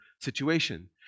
situation